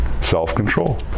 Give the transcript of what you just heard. self-control